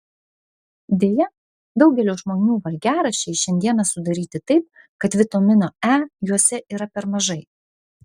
deja daugelio žmonių valgiaraščiai šiandieną sudaryti taip kad vitamino e juose yra per mažai